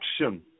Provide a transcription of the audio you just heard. action